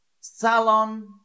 Salon